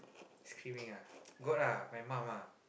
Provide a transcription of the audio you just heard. screaming ah got ah my mum ah